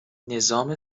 نظام